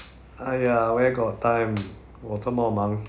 !aiya! where got time 我这么忙